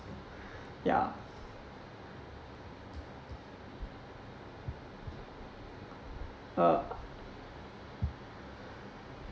ya uh